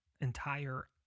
entire